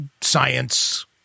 science